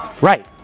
Right